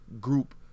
group